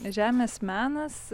žemės menas